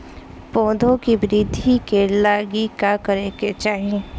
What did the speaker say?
पौधों की वृद्धि के लागी का करे के चाहीं?